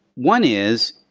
one is,